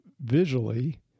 visually